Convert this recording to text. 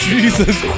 Jesus